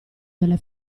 delle